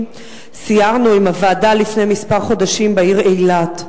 סיירנו עם הוועדה לפני כמה חודשים בעיר אילת.